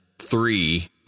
Three